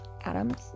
Adam's